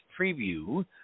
preview